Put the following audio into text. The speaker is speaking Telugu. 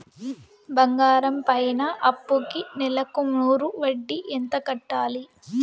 బంగారం పైన అప్పుకి నెలకు నూరు వడ్డీ ఎంత కట్టాలి?